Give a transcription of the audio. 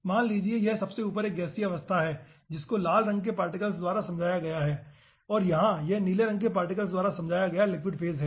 मान लीजिए कि यह सबसे ऊपर एक गैसीय अवस्था है जिसको लाल रंग के पार्टिकल्स द्वारा समझाया गया है और यहाँ पर यह नीले रंग के पार्टिकल्स द्वारा समझाया गया लिक्विड फेज है